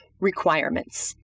requirements